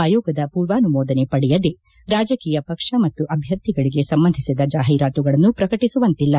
ಆಯೋಗದ ಪೂರ್ವಾನುಮೋದನೆ ಪಡೆಯದೆ ರಾಜಕೀಯ ಪಕ್ಷ ಮತ್ತು ಅಭ್ಯರ್ಥಿಗಳಿಗೆ ಸಂಬಂಧಿಸಿದ ಜಾಹಿರಾತುಗಳನ್ನು ಪ್ರಕಟಿಸುವಂತಿಲ್ಲ